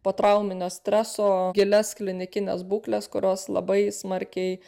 potrauminio streso gilias klinikines būkles kurios labai smarkiai